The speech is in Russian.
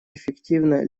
эффективно